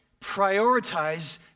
Prioritize